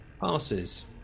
passes